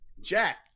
jack